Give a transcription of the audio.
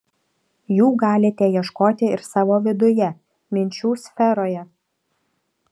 jų galite ieškoti ir savo viduje minčių sferoje